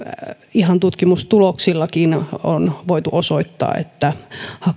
ihan tutkimustuloksillakin on voitu osoittaa että